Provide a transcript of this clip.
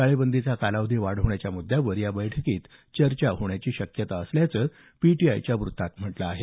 टाळेबंदीचा कालावधी वाढवण्याच्या मुद्यावर या बैठकीत चर्चा होण्याची शक्यता असल्याचं पीटीआयच्या वृत्तात म्हटलं आहे